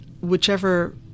whichever